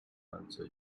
answer